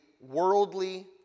worldly